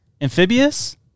Amphibious